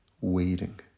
waiting